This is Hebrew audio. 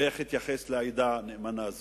ואיך התייחס לעדה הנאמנה הזאת,